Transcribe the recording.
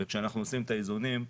וכשאנחנו עושים את האיזונים,